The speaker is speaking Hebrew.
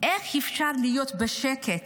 איך אפשר להיות בשקט?